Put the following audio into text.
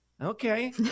Okay